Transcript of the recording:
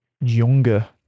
younger